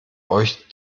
euch